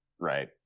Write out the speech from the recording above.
Right